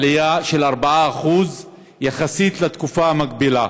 עלייה של 4% יחסית לתקופה המקבילה.